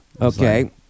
Okay